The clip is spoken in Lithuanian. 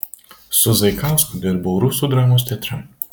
su zaikausku dirbau rusų dramos teatre